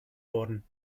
worden